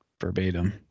verbatim